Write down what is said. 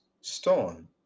stone